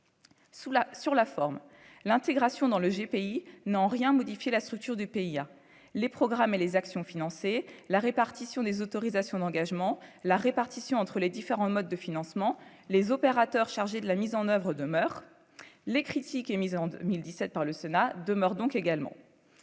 sur la forme, l'intégration dans le GP il n'a en rien modifié la structure du pays a les programmes et les actions financées la répartition des autorisations d'engagement, la répartition entre les différents modes de financements, les opérateurs chargés de la mise en oeuvre demeure les critiques émises en 2017 par le Sénat demeure donc également